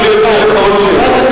יכול להיות שיהיו לך עוד שאלות.